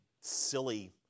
silly